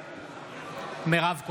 בעד מירב כהן,